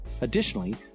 Additionally